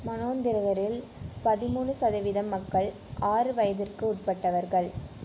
மனோந்திரகரில் பதிமூணு சதவீதம் மக்கள் ஆறு வயதிற்கு உட்பட்டவர்கள்